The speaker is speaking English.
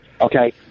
okay